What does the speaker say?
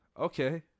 Okay